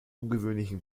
ungewöhnlichen